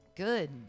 good